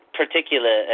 particular